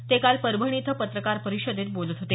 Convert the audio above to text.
ते काल परभणी इथं पत्रकार परिषदेत बोलत होते